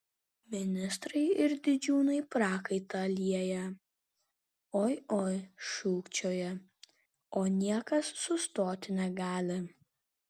ministrai ir didžiūnai prakaitą lieja oi oi šūkčioja o niekas sustoti negali